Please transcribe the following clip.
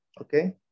Okay